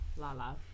Lala